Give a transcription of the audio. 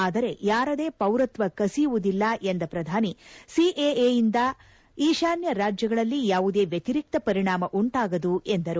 ಆದರೆ ಯಾರದೇ ಪೌರತ್ವ ಕಸಿಯುವುದಿಲ್ಲ ಎಂದ ಪ್ರಧಾನಿ ಸಿಎಎದಿಂದ ಈಶಾನ್ತ ರಾಜ್ಯಗಳಲ್ಲಿ ಯಾವುದೇ ವ್ವತಿರಿಕ್ತ ಪರಿಣಾಮ ಉಂಟಾಗದು ಎಂದರು